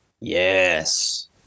yes